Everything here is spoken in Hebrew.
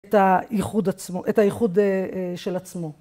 את הייחוד עצמו את הייחוד ... של עצמו.